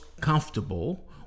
comfortable